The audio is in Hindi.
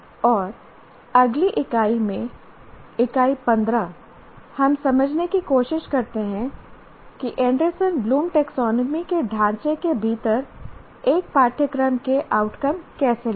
और अगली इकाई में इकाई 15 हम समझने की कोशिश करते हैं कि एंडरसन ब्लूम टैक्सोनॉमी के ढांचे के भीतर एक पाठ्यक्रम के आउटकम कैसे लिखें